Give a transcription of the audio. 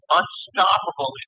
unstoppable